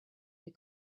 they